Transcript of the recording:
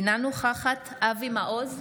אינה נוכחת אבי מעוז,